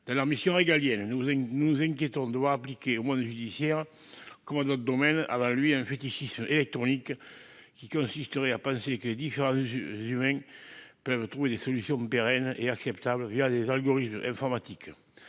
dans leurs missions régaliennes à nous et nous nous inquiétons doit appliquer au monde judiciaire comment d'autres domaines avant lui un fétichisme électronique qui consisterait à penser que les peuvent trouver des solutions pérennes et acceptable, il y a des algorithmes informatiques,